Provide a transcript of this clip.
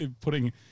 putting